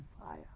fire